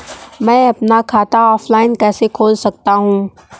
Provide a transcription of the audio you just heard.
मैं अपना खाता ऑफलाइन कैसे खोल सकता हूँ?